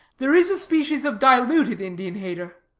there is a species of diluted indian-hater,